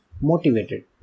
motivated